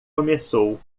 começou